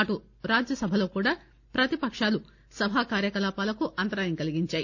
అటు రాజ్యసభలో కూడా ప్రతిపకాలు సభా కార్యకలాపాలకు అంతరాయం కల్సించాయి